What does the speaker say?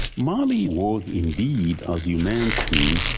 mali was indeed, as you mentioned,